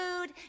food